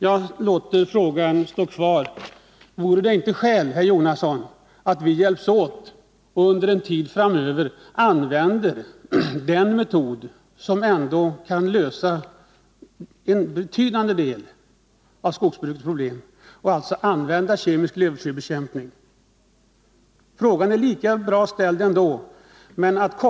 Jag ställer därför frågan: Vore det inte skäl, herr Jonasson, att hjälpas åt och under en tid framöver använda också den metod som kan lösa en betydande del av skogsbrukets problem, nämligen kemisk lövslybekämpning? Herr Jonassons fråga skulle ändå vara berättigad.